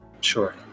sure